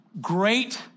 great